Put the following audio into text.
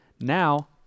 now